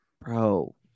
bro